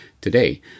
today